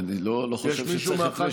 אני לא חושב שצריך את רשותי.